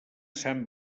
sant